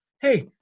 hey